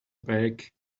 back